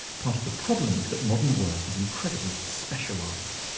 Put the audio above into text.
part of the problem is that modern work is incredibly specialised.